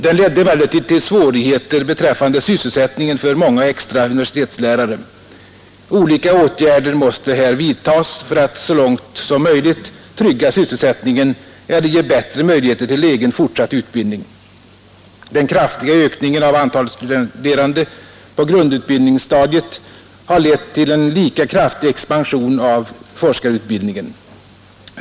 Den ledde emellertid till svårigheter beträffande sysselsättningen för många extra universitetslärare. Olika åtgärder måste här vidtas för att så långt som möjligt trygga sysselsättningen eller ge bättre möjligheter till egen fortsatt utbildning. Den kraftiga ökningen av antalet studerande på grundutbildningsstadiet har lett till en lika kraftig expansion av forskarutbildningen.